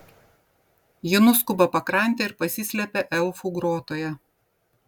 ji nuskuba pakrante ir pasislepia elfų grotoje